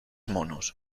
monos